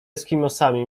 eskimosami